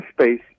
space